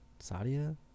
Sadia